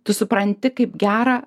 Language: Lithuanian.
tu supranti kaip gera